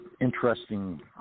interesting